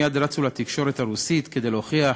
מייד רצו לתקשורת הרוסית כדי להוכיח